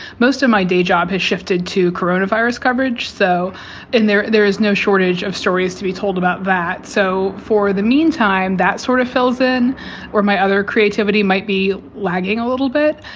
most of my day job has shifted to corona virus coverage. so and there there is no shortage of stories to be told about that. so for the meantime, that sort of fills in where my other creativity might be lagging a little bit,